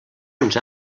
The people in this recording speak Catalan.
uns